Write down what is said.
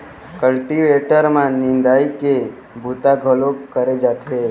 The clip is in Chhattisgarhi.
कल्टीवेटर म निंदई के बूता घलोक करे जाथे